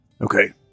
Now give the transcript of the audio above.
Okay